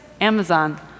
Amazon